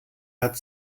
hat